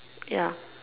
ya